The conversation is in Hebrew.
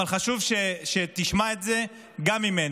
חשוב שתשמע את זה גם ממני.